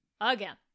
Again